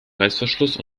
reißverschluss